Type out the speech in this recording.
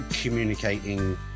communicating